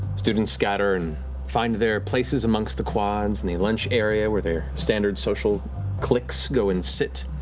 students scatter and find their places amongst the quads in the lunch area, where their standard social cliques go and sit,